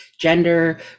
gender